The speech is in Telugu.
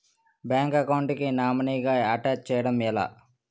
బ్యాంక్ అకౌంట్ కి నామినీ గా అటాచ్ చేయడం ఎలా?